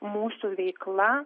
mūsų veikla